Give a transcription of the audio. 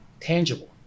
tangible